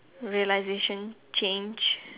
realisation change